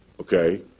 Okay